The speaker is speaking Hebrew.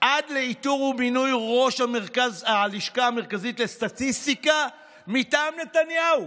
עד לאיתור ומינוי ראש הלשכה המרכזית לסטטיסטיקה מטעם נתניהו.